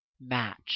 match